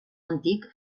antic